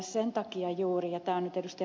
sen takia juuri ja tämä on nyt ed